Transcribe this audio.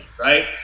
right